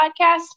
podcast